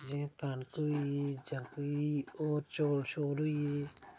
जियां कनक होई गेई जां कोई और चौल शौल होई गे